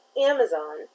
Amazon